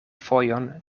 fojon